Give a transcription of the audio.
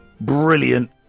brilliant